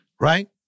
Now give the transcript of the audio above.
right